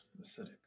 acidic